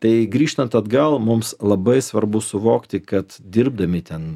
tai grįžtant atgal mums labai svarbu suvokti kad dirbdami ten